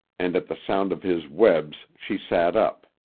and at the sound of his webs she sat up,